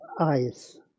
eyes